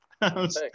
Thanks